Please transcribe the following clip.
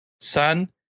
son